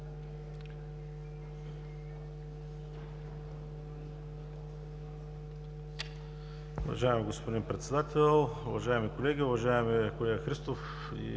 Уважаеми господин Председател, уважаеми колеги! Уважаеми колеги Христов и